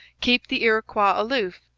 keep the iroquois aloof,